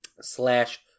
slash